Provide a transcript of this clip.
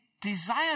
desire